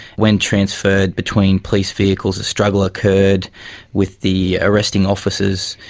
when transferred between police vehicles a struggle occurred with the arresting officers.